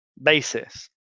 basis